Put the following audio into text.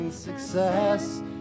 success